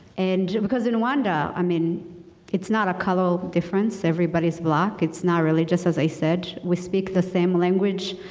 and because in rowanda i mean it's not a color difference, everybody is black, it's not religious as i said. we speak the same language,